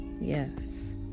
yes